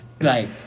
Right